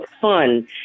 fun